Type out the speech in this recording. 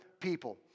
people